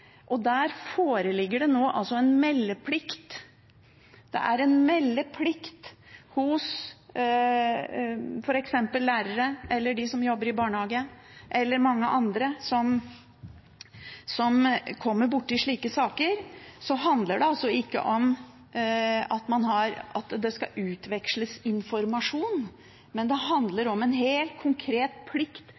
Der foreligger det nå en meldeplikt. Det er en meldeplikt f.eks. hos lærere, hos de som jobber i barnehage, eller hos mange andre som kommer borti slike saker. Det handler ikke om at det skal utveksles informasjon, men det handler om en helt konkret plikt